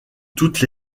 toutes